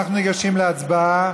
אנחנו ניגשים להצבעה